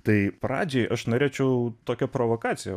tai pradžiai aš norėčiau tokia provokacija